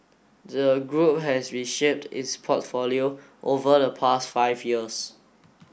the group has reshaped its portfolio over the past five years